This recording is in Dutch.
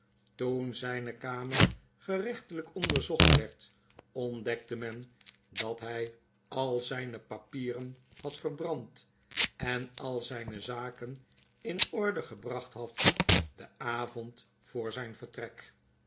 toen zijne kamer gerechtelyk onderzocht werd ontdekte men dat hy al zyne papieren had verbrand en al zijne zaken in orde gebracht had den avond voor zijn vertrek